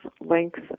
length